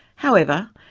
however,